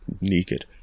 naked